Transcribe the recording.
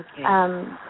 Okay